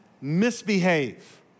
misbehave